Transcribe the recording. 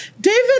David